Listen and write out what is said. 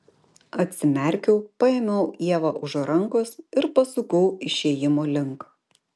atsimerkiau paėmiau ievą už rankos ir pasukau išėjimo link